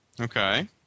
Okay